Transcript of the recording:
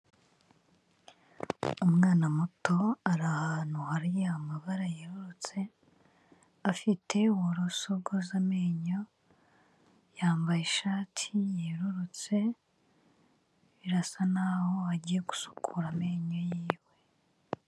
Umwana muto ari ahantu hari amabara yerurutse, afite uburoso bwoza amenyo, yambaye ishati yerurutse birasa n'aho agiye gusukura amenyo yiwe.